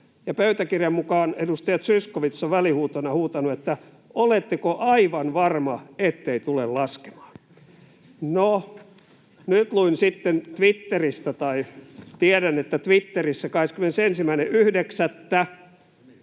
pöytäkirjan mukaan edustaja Zyskowicz on välihuutona huutanut: ”Oletteko aivan varma, ettei tule laskemaan?” No, nyt sitten luin Twitteristä tai tiedän, että 21.9.